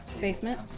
basement